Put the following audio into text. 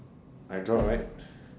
I draw right